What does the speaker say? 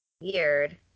Weird